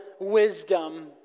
wisdom